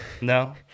No